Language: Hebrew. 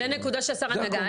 זו נקודה שהשרה נגעה.